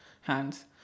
hands